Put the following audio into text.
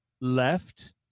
left